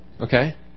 Okay